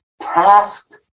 tasked